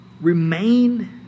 remain